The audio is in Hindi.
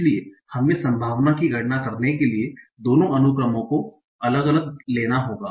इसलिए हमें संभावना की गणना करने के लिए दोनों अनुक्रमों को अलग अलग लेना होगा